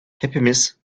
hepimiz